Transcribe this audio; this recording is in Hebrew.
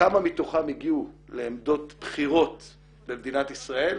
כמה מתוכם הגיעו לעמדות בכירות במדינת ישראל?